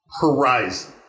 horizon